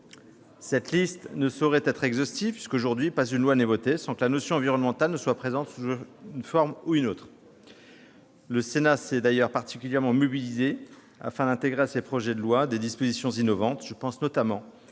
Cette liste ne saurait être exhaustive, puisque, aujourd'hui, pas une loi n'est votée sans que la notion environnementale soit présente sous une forme ou une autre. Le Sénat s'est d'ailleurs particulièrement mobilisé, afin d'intégrer aux projets de loi des dispositions innovantes. Je pense notamment à la notion de